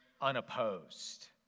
unopposed